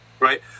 Right